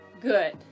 Good